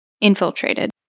infiltrated